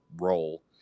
role